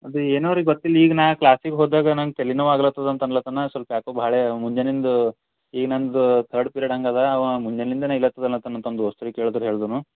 ಅದು ಏನೋ ರೀ ಗೊತ್ತಿಲ್ಲ ಈಗ ನಾ ಕ್ಲಾಸಿಗೆ ಹೋದಾಗ ನಂಗೆ ತಲೆನೋವು ಆಗ್ಲತ್ತದ ಅಂತ ಅನ್ಲತ್ತಾನ ಸ್ವಲ್ಪ ಯಾಕೋ ಭಾಳೇ ಮುಂಜಾನಿಂದ ಈಗ ನನ್ನದು ತರ್ಡ್ ಪಿರೆಡ್ ಹಂಗದ ಅವ ಮುಂಜಾನಿಂದಾನೇ ಇರ್ಲತ್ತದ ಅಂತಾನೆ ಅಂತಂದು ದೋಸ್ತ್ರಿಗೆ ಕೇಳ್ದರೆ ಹೇಳಿದನು